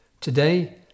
Today